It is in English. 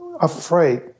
afraid